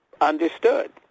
understood